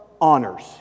honors